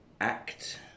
act